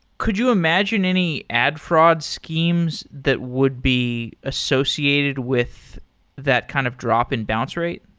could you imagine any ad fraud schemes that would be associated with that kind of drop in bounce rate?